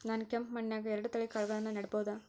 ನಾನ್ ಕೆಂಪ್ ಮಣ್ಣನ್ಯಾಗ್ ಎರಡ್ ತಳಿ ಕಾಳ್ಗಳನ್ನು ನೆಡಬೋದ?